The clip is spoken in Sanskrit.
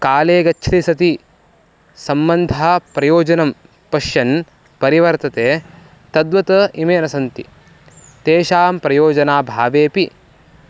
काले गच्छति सति सम्बन्धाप्रयोजनं पश्यन् परिवर्तते तद्वत् इमे न सन्ति तेषां प्रयोजनाभावेऽपि